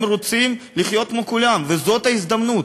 הם רוצים לחיות כמו כולם, וזאת ההזדמנות.